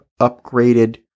upgraded